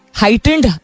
heightened